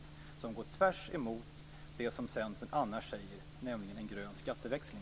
Det går tvärs emot det som Centern annars talar om, nämligen en grön skatteväxling.